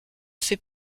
fait